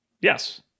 yes